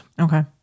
Okay